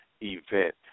event